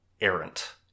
errant